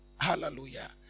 Hallelujah